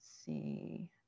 see